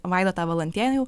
vaidotą valantiejų